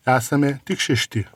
esame tik šešti